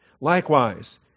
Likewise